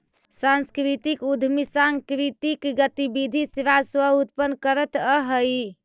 सांस्कृतिक उद्यमी सांकृतिक गतिविधि से राजस्व उत्पन्न करतअ हई